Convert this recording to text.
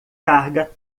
carga